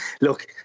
look